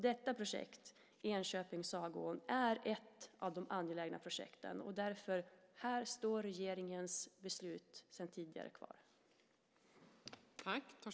Detta projekt, Enköping-Sagån, är ett av de angelägna projekten, och här står regeringens beslut sedan tidigare kvar.